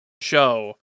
show